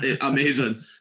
amazing